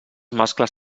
mascles